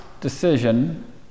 decision